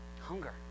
Hunger